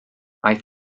aeth